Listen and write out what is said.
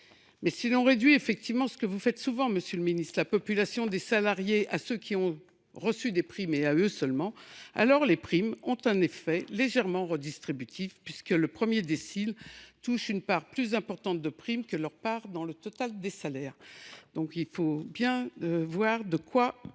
Mais si l’on réduit – ce que vous faites souvent, monsieur le ministre – la population des salariés à ceux qui ont reçu des primes, alors les primes ont un effet légèrement redistributif puisque le premier décile touche une part plus importante de primes que leur part dans le total des salaires. Il est donc important de savoir ce que